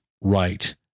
right